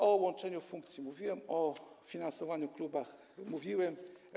O łączeniu funkcji mówiłem, o finansowaniu w klubach mówiłem.